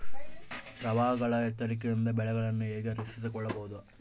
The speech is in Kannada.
ಪ್ರವಾಹಗಳ ಎಚ್ಚರಿಕೆಯಿಂದ ಬೆಳೆಗಳನ್ನು ಹೇಗೆ ರಕ್ಷಿಸಿಕೊಳ್ಳಬಹುದು?